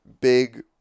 big